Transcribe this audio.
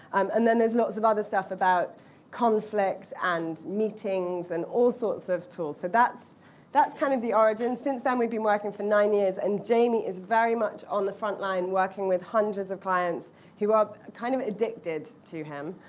um and then there's lots of other stuff about conflict and meetings and all sorts of tools. so that's that's kind of the origin. since then, we've been working for nine years, and jamie is very much on the front line working with hundreds of clients who are kind of addicted to him.